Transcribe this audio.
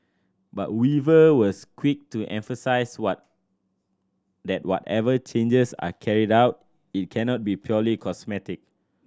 but Weaver was quick to emphasise what that whatever changes are carried out it cannot be purely cosmetic